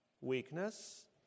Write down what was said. weakness